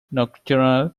nocturnal